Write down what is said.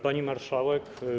Pani Marszałek!